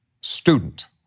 student